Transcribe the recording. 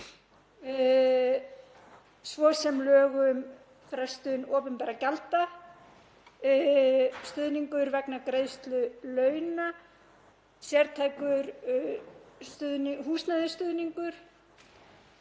svo sem lög um frestun opinberra gjalda, stuðningur vegna greiðslu launa, sértækur húsnæðisstuðningur